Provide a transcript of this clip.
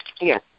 yes